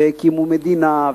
והקימו מדינה,